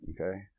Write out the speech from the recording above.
okay